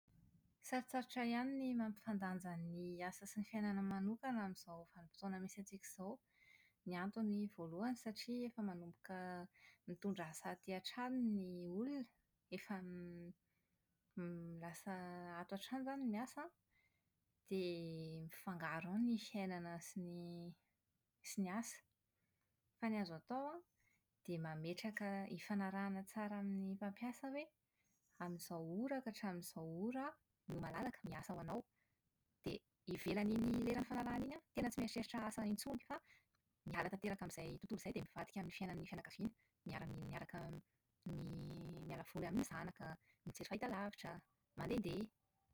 Sarotsarotra ihany ny mampifadanja ny asa sy ny fiainana manokana amin'izao vanimpotoana miy antsika izao. Ny antony voalohany satria efa manomboka mitondra asa aty an-trano ny olona. Efa > lasa ato an-trano izany no miasa an, dia mifangaro ao ny fiainana sy ny sy ny asa. Fa ny azo atao an, dia mametraka hifanarahana tsara amin'ny mpampiasa hoe amin'izao ora ka hatramin'izao ora aho no malalaka miasa ho anao. Dia ivelan'iny lera nifanarahana iny an, tena tsy mieritreritra asa itsony fa miala tanteraka amin'izay tontolo izay dia mivadika amin'ny fiainan'ny fianakaviana: miara-mi- miaraka miala voly amin'ny zanaka, mijery fahitalavitra, mandehandeha...